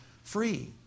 free